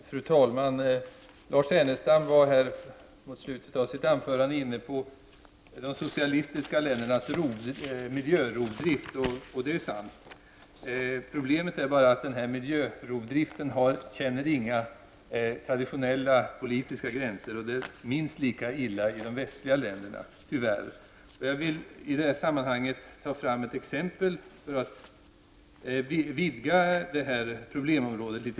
Fru talman! Lars Ernestam var mot slutet av sitt anförande inne på de socialistiska ländernas miljörovdrift. Det är sant att det är rovdrift. Problemet är att miljörovdrift inte känner några traditionella politiska gränser, det är minst lika illa i de västliga länderna. I det här sammanhanget vill jag ta fram ett exempel för att vidga problemområdet något.